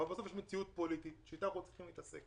אבל בסוף יש מציאות פוליטית אתה אנחנו צריכים להתעסק.